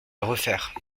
refaire